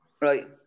Right